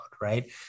right